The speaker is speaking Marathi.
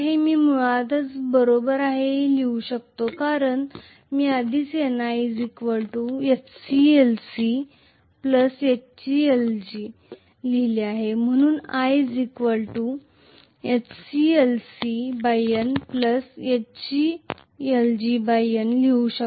मी मुळातच बरोबर आहे हे लिहू शकतो कारण मी आधीच Ni Hclc Hglg लिहिले आहे म्हणून i HclcN HglgN लिहू शकतो